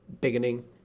beginning